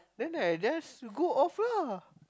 then I just go off lah